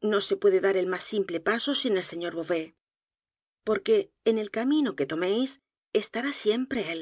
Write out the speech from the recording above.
no se puede dar el más simple paso sin el señor beauvais porque en el camino que toméis estará siempre él